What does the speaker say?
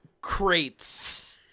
crates